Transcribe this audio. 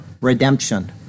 redemption